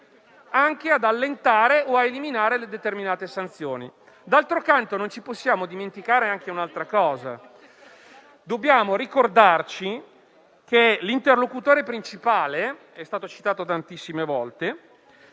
anche ad allentare o a eliminare determinate sanzioni. Non possiamo peraltro dimenticare un'altra cosa. Dobbiamo ricordare che l'interlocutore principale - è stato citato tantissime volte